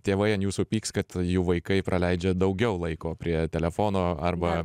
tėvai ant jūsų pyks kad jų vaikai praleidžia daugiau laiko prie telefono arba